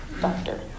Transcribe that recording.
doctor